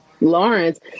lawrence